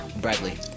Bradley